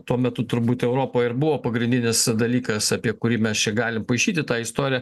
tuo metu turbūt europoje ir buvo pagrindinis dalykas apie kurį mes čia galim paišyti tą istoriją